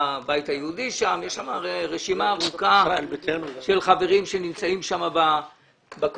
הבית היהודי שם ויש שם רשימה ארוכה של חברים שנמצאים שם בקואליציה.